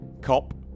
Cop